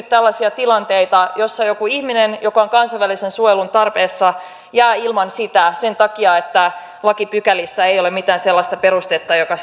tällaisia tilanteita joissa joku ihminen joka on kansainvälisen suojelun tarpeessa jää ilman sitä sen takia että lakipykälissä ei ole mitään sellaista perustetta joka